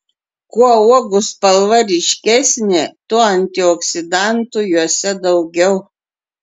kuo uogų spalva ryškesnė tuo antioksidantų jose daugiau